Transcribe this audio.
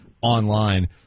online